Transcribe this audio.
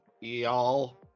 y'all